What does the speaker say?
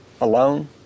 alone